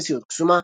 "מציאות קסומה".